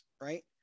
right